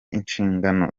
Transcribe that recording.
inshingano